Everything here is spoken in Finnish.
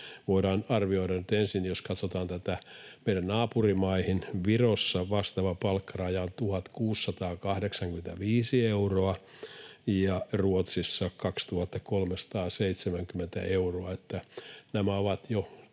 voidaan ensin katsoa tätä suhteessa meidän naapurimaihin: Virossa vastaava palkkaraja on 1 685 euroa ja Ruotsissa 2 370 euroa,